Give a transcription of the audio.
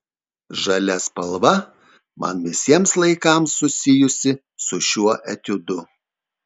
žalia spalva man visiems laikams susijusi su šiuo etiudu